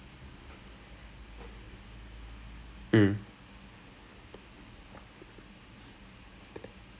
last time I checked that's what they say then she was like oh they were all like telling me oh she's fantastic in music you have to take her then I was like I was like